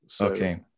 Okay